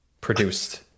produced